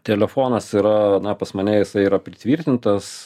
telefonas yra na pas mane jisai yra pritvirtintas